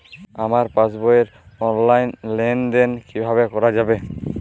আমার পাসবই র অনলাইন লেনদেন কিভাবে করা যাবে?